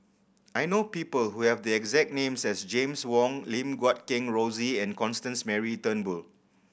I know people who have the exact names as James Wong Lim Guat Kheng Rosie and Constance Mary Turnbull